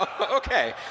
Okay